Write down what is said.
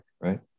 right